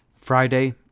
Friday